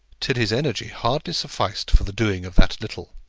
till his energy hardly sufficed for the doing of that little.